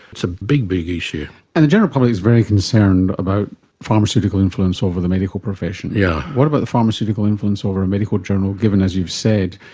it's a big, big issue. and the general public is very concerned about pharmaceutical influence over the medical profession. yeah what about the pharmaceutical influence over a medical journal given, as you've said,